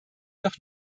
noch